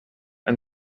and